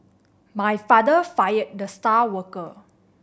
my father fired the star worker